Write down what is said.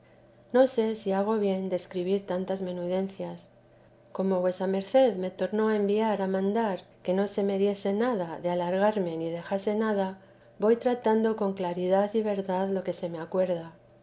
no sé si hago bien de escribir tantas menudencias como vuesa merced me tornó a enviar a mandar que no se me diese nada de alargarme ni dejase nada voy tratando con claridad y verdad lo que se me acuerda